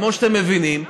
כמו שאתם מבינים,